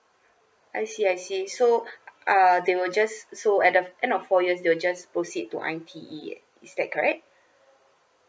I see I see so uh they will just so at the end of four years they will just proceed to I_T_E is that correct